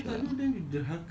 ya lah that's true ah